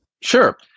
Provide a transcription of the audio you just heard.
Sure